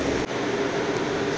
UPI बनावेल पर है की?